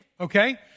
okay